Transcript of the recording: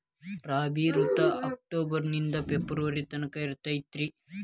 ರಾಬಿ ಋತು ಅಕ್ಟೋಬರ್ ನಿಂದ ಫೆಬ್ರುವರಿ ತನಕ ಇರತೈತ್ರಿ